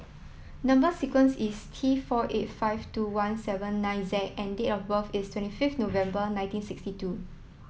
number sequence is T four eight five two one seven nine Z and date of birth is twenty five November nineteen sixty two